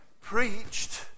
preached